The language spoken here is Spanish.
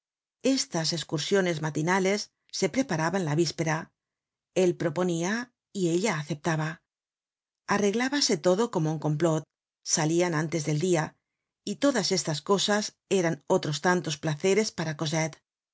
estas escursiones matinales se preparaban la víspera él proponia y ella aceptaba arreglábase todo como un complot salian antes del dia y todas estas cosas eran otros tantos placeres para